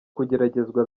kugeragezwa